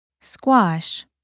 Squash